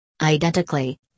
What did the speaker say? Identically